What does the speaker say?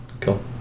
cool